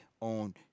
on